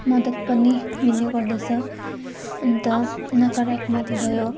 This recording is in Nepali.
मद्दत पनि मिल्ने गर्दछ अन्त नकारात्मक भयो